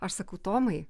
aš sakau tomai